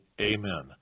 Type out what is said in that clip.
Amen